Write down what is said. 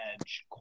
edge